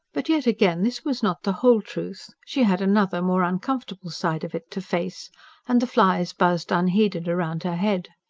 but yet again this was not the whole truth she had another, more uncomfortable side of it to face and the flies buzzed unheeded round her head.